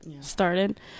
started